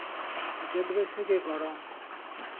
ᱪᱟᱹᱛ ᱵᱟᱹᱭᱥᱟᱹᱠᱷᱼᱮ ᱜᱚᱨᱚᱢ